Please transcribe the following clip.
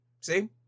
See